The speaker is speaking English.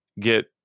get